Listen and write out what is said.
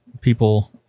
people